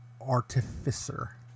Artificer